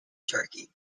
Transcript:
turkey